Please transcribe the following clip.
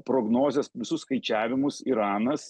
prognozes visus skaičiavimus iranas